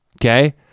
Okay